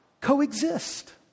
coexist